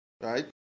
right